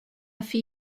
few